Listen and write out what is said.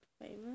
Famous